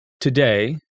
Today